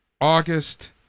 August